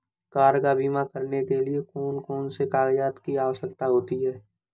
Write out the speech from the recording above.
Car का बीमा करने के लिए कौन कौन से कागजात की आवश्यकता होती है?